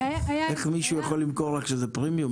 איך תבדקי אם זה פרימיום,